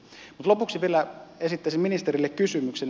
mutta lopuksi vielä esittäisin ministerille kysymyksen